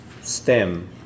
stem